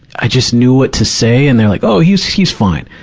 i just knew what to say. and they're like, oh, he's, he's fine.